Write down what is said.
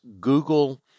Google